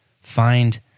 Find